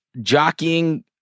jockeying